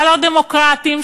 הלא-דמוקרטיים,